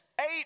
eight